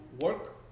work